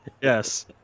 Yes